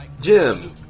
Jim